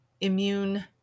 immune